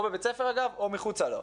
או בבית הספר או מחוצה לו.